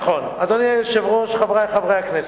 אדוני היושב-ראש, חברי חברי הכנסת,